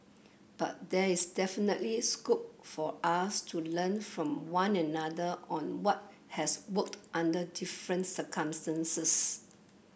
but there is definitely scope for us to learn from one another on what has worked under different circumstances